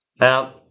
Now